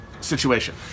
situation